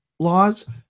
laws